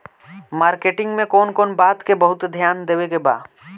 Marketing मे कौन कौन बात के बहुत ध्यान देवे के बा?